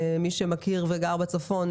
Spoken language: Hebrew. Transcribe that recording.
מי שמכיר וגר בצפון,